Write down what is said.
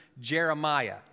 Jeremiah